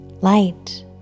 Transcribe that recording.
light